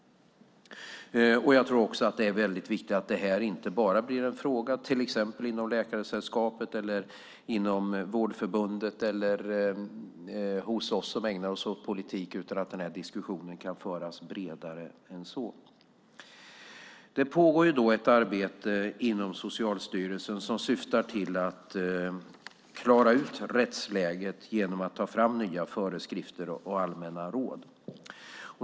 Jag tror också att det är väldigt viktigt att det här inte bara blir en fråga till exempel inom Läkaresällskapet, inom Vårdförbundet eller hos oss som ägnar oss åt politik utan att den här diskussionen kan föras bredare än så. Det pågår ett arbete inom Socialstyrelsen som syftar till att klara ut rättsläget genom att ta fram nya föreskrifter och allmänna råd.